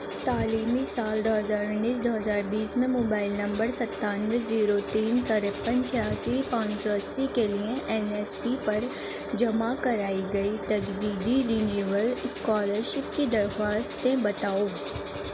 تعلیمی سال دو ہزار انیس دو ہزار بیس میں موبائل نمبر ستانوے زیرو تین ترپن چھیاسی پانچ سو اسی کے لیے این ایس پی پر جمع کرائی گئی تجدیدی رینیول اسکالر شپ کی درخواستیں بتاؤ